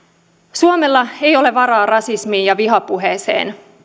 suomella ei ole varaa rasismiin ja vihapuheeseen